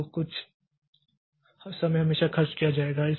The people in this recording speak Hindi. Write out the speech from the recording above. तो कुछ समय हमेशा खर्च किया जाएगा